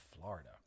Florida